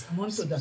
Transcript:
אז המון תודה.